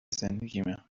زندگیمه